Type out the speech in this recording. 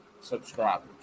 subscribers